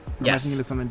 Yes